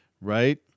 right